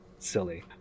Silly